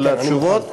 על התשובות,